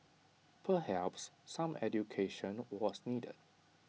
perhaps some education was needed